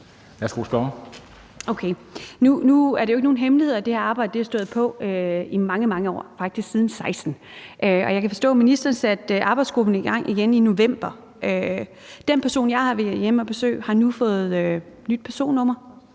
nu er det jo ikke nogen hemmelighed, at det her arbejde har stået på i mange, mange år, faktisk siden 2016, og jeg kan forstå, at ministeren satte arbejdsgruppen i gang igen i november. Den person, jeg har været hjemme at besøge, har nu fået et nyt personnummer,